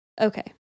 okay